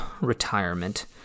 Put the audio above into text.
retirement